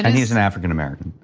he's an african-american.